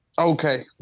Okay